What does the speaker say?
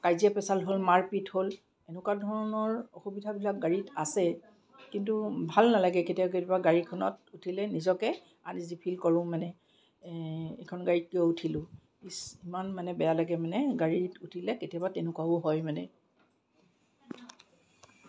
কাজিয়া পেছাল হ'ল মাৰপিট হ'ল এনেকুৱা ধৰণৰ অসুবিধাবিলাক গাড়ীত আছে কিন্তু ভাল নালাগে কেতিয়াবা কেতিয়াবা গাড়ীখনত উঠিলে নিজকে আনইজি ফিল কৰোঁ মানে এইখন গাড়ীত কিয় উঠিলো ইছ্ ইমান মানে বেয়া লাগে মানে গাড়ীত উঠিলে কেতিয়াবা তেনেকুৱাও হয় মানে